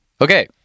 Okay